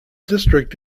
district